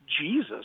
Jesus